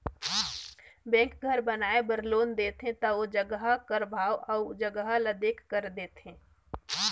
bank घर बनाए बर लोन देथे ता ओ जगहा कर भाव अउ जगहा ल देखकर देथे